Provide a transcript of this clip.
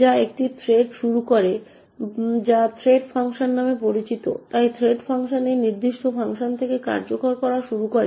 যা একটি থ্রেড শুরু করে যা threadfunc নামে পরিচিত তাই threadfunc এই নির্দিষ্ট ফাংশন থেকে কার্যকর করা শুরু করে